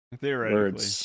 Theoretically